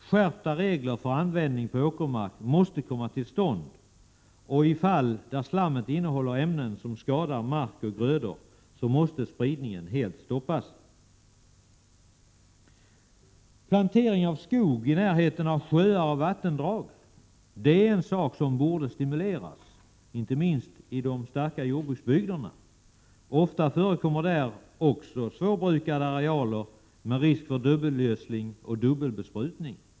Skärpta regler för användning på åkermark måste komma till stånd. I fall där slam innehåller ämnen som skadar mark och grödor måste spridningen helt stoppas. Planteringen av skog i närheten av sjöar och vattendrag borde stimuleras, inte minst i de starka jordbruksbygderna. Ofta förekommer där också svårbrukade arealer med risk för dubbelgödsling och dubbelbesprutning.